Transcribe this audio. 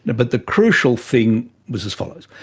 but the crucial thing was as follows.